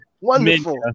wonderful